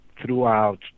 throughout